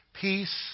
peace